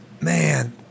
man